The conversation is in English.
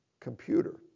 computer